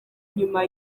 nyuma